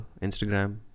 instagram